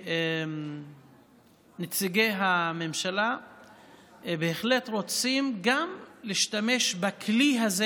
שנציגי הממשלה בהחלט רוצים להשתמש בכלי הזה